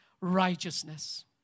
righteousness